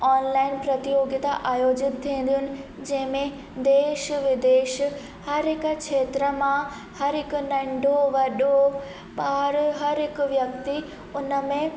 online प्रतियोगिता आयोजित थींदियूं आहिनि जंहिंमें देश विदेश हर हिकु खेत्र मां हर हिकु नंढो वॾो ॿारु हर हिकु व्यक्ति उन में